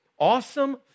Awesome